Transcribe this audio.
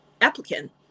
applicant